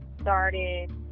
started